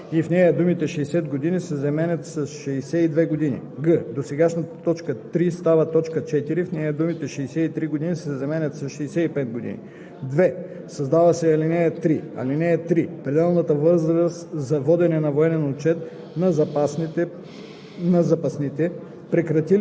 „2. за сержантите (старшините), офицерските кандидати и младшите офицери – 60 години;“ в) досегашната т. 2 става т. 3 и в нея думите „60 години“ се заменят с „62 години“; г) досегашната т. 3 става т. 4 и в нея думите „63 години“ се заменят с „65 години“.